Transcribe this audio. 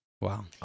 wow